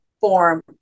form